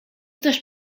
też